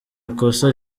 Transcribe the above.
ikosa